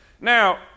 Now